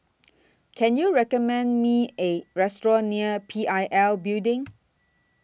Can YOU recommend Me A Restaurant near P I L Building